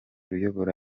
uyobora